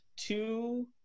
two